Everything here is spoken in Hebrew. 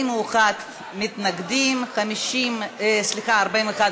ההצעה להסיר מסדר-היום את הצעת חוק הפסקת שיטת ההעסקה הקבלנית,